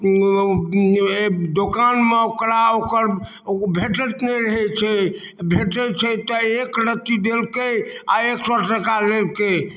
ए दोकानमे ओकरा ओकर भेटैत नहि रहै छै भेटै छै तऽ एक रती देलकै आओर एक सए टका लेलकै